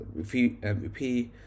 MVP